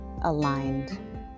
aligned